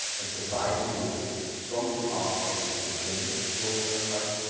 and society, which is strongly architected against your chronotype,